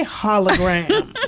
hologram